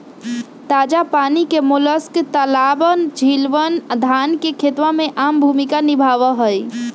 ताजा पानी के मोलस्क तालाबअन, झीलवन, धान के खेतवा में आम भूमिका निभावा हई